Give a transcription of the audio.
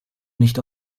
nicht